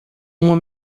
uma